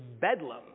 bedlam